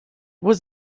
was